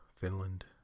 Finland